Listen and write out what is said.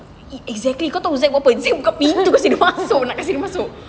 exactly kau tahu zac buat apa zac buka pintu kasi dia masuk nak kasi dia masuk